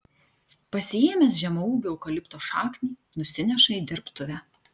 pasiėmęs žemaūgio eukalipto šaknį nusineša į dirbtuvę